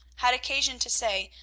had occasion to say,